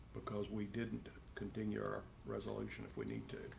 because we didn't continue our resolution if we need to.